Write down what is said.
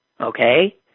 okay